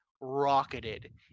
rocketed